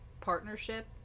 partnership